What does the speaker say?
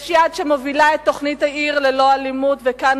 יש יד שמובילה את תוכנית "עיר ללא אלימות" וכאן